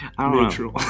Neutral